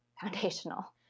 foundational